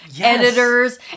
editors